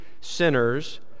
sinners